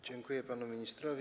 Dziękuję panu ministrowi.